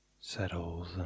settles